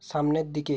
সামনের দিকে